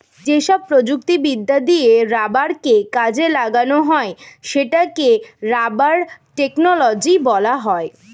যেসব প্রযুক্তিবিদ্যা দিয়ে রাবারকে কাজে লাগানো হয় সেটাকে রাবার টেকনোলজি বলা হয়